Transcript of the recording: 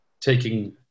taking